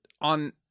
on